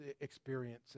experience